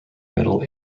middle